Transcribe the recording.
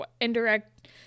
indirect